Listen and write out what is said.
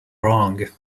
wrong